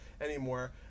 anymore